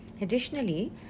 Additionally